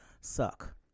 suck